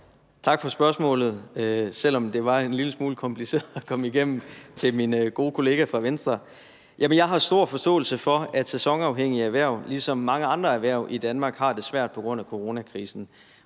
Tak for spørgsmålet fra min gode kollega fra Venstre. Jeg har stor forståelse for, at sæsonafhængige erhverv ligesom mange andre erhverv i Danmark har det svært på grund af coronakrisen,